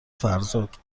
فرزاد